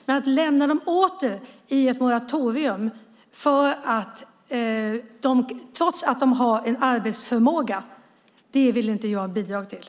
Att åter lämna dem i ett moratorium trots att de har en arbetsförmåga vill jag inte bidra till.